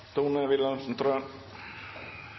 Tone Wilhelmsen Trøen